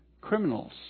criminals